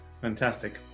Fantastic